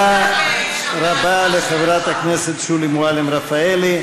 תודה רבה לחברת הכנסת שולי מועלם-רפאלי.